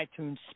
iTunes